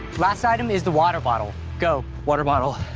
last item is the water bottle, go. water bottle.